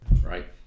right